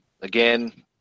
Again